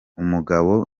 umugabo